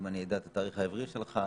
אני אדע את התאריך העברי שלך,